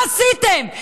מה עשיתם?